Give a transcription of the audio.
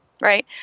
right